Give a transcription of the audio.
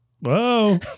Whoa